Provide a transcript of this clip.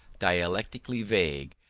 dialectically vague,